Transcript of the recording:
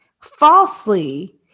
falsely